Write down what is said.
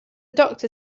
doctor